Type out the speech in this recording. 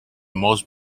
most